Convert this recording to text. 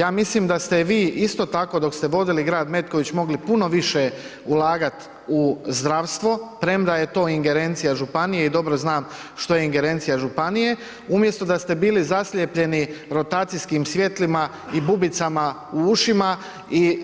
Ja mislim da ste vi isto tako dok ste vodili grad Metković mogli puno više ulagat u zdravstvo, premda je to ingerencija županije i dobro znam što je ingerencija županije umjesto da ste bili zaslijepljeni rotacijskim svjetlima i bubicama u ušima i